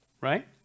right